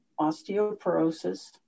osteoporosis